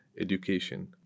education